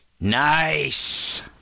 Nice